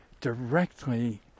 directly